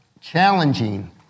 challenging